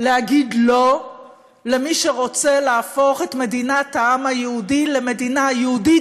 להגיד לא למי שרוצה להפוך את מדינת העם היהודי למדינה יהודית,